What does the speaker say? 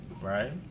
right